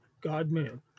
God-man